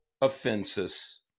offenses